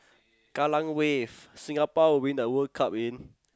Kallang-Wave Singapore will win the World Cup again